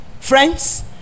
friends